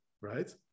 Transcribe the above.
right